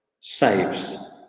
saves